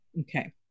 okay